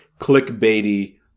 clickbaity